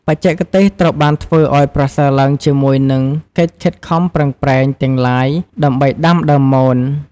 បច្ចេកទេសត្រូវបានធ្វើឱ្យប្រសើរឡើងជាមួយនិង កិច្ចខិតខំប្រឹងប្រែងទាំងឡាយដើម្បីដាំដើមមន។